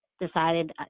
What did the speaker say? decided